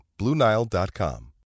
BlueNile.com